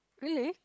really